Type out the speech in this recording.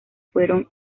fueron